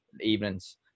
evenings